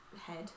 Head